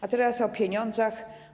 A teraz o pieniądzach.